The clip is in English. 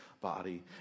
body